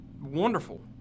wonderful